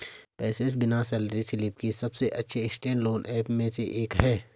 PaySense बिना salary slip के सबसे अच्छे इंस्टेंट लोन ऐप में से एक है